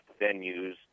venues